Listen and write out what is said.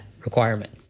requirement